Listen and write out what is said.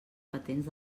patents